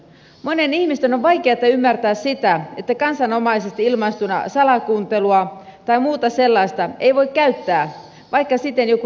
monien ihmisten on vaikeata ymmärtää sitä että kansanomaisesti ilmaistuna salakuuntelua tai muuta sellaista ei voi käyttää vaikka siten joku rikos selviäisi